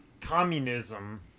communism